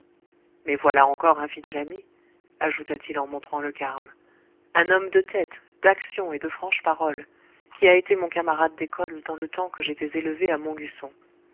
mais voilà encore un fidèle ami ajouta-t-il en montrant le carme un homme de tête d'action et de franche parole qui a été mon camarade d'école dans le temps que j'étais élevé à montluçon